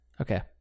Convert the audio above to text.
Okay